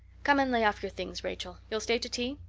come and lay off your things, rachel. you'll stay to tea?